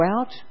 out